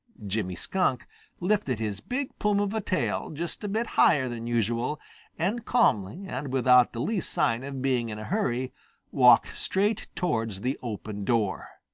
jimmy skunk lifted his big plume of a tail just a bit higher than usual and calmly and without the least sign of being in a hurry walked straight towards the open door.